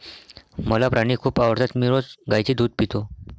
मला प्राणी खूप आवडतात मी रोज गाईचे दूध पितो